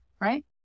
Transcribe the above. right